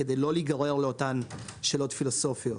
כדי לא להיגרר לאותן שאלות פילוסופיות?